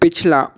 पिछला